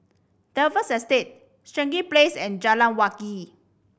Dalvey Estate Stangee Place and Jalan Wangi